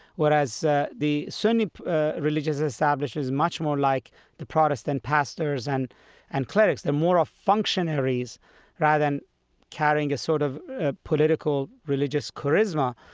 whereas the the sunni religious establishment is much more like the protestant pastors and and clerics. they more are functionaries rather than carrying a sort of political religious charisma.